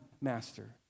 master